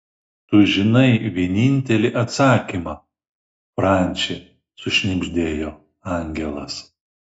tu žinai vienintelį atsakymą franci sušnibždėjo angelas